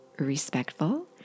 Respectful